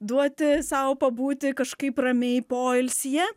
duoti sau pabūti kažkaip ramiai poilsyje